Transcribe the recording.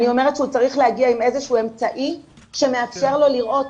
אני אומרת שהוא צריך להגיע עם איזשהו אמצעי שמאפשר לו לראות,